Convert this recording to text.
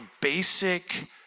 basic